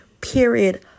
period